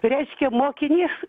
reiškia mokinys